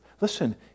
Listen